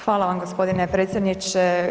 Hvala vam gospodine predsjedniče.